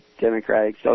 Democratic